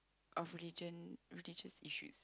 of religion religious issues